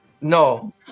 No